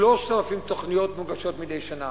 3,000 תוכניות מוגשות מדי שנה.